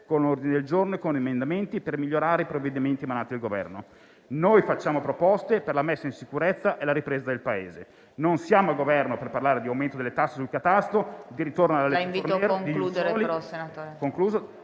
ordini del giorno ed emendamenti per migliorare i provvedimenti emanati dal Governo. Noi facciamo proposte per la messa in sicurezza e la ripresa del Paese, non siamo al Governo per parlare di aumento delle tasse, del catasto,